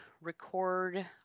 record